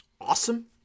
Awesome